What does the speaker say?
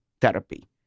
therapy